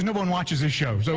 and one watches this show. so